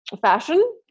fashion